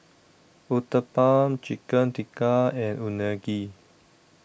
Uthapam Chicken Tikka and Unagi